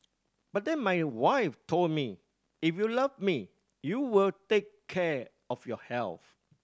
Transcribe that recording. but then my wife told me if you love me you will take care of your health